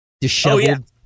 disheveled